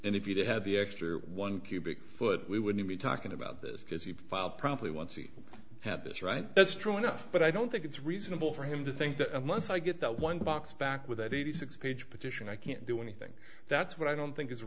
needed if you did have the extra one cubic foot we wouldn't be talking about this because you file promptly once you have this right that's true enough but i don't think it's reasonable for him to think that unless i get that one box back with that eighty six page petition i can't do anything that's what i don't think is